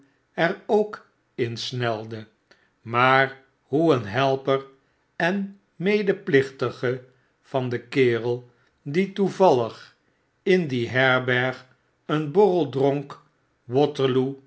er ook in snelde maar hoe een helper en medeplichtige van den kerel die toevallig in die herberg een borrel dronk waterloo